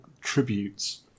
tributes